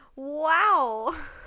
wow